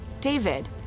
David